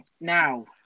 Now